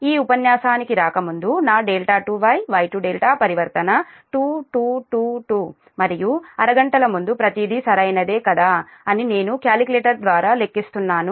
ఈ ఉపన్యాసానికి రాకముందు నా ∆ Y Y ∆ పరివర్తన 2 2 2 2 మరియు అర గంటల ముందు ప్రతిదీ సరైనదా కాదా అని నేను క్యాలిక్యులేటర్ ద్వారా లెక్కిస్తున్నాను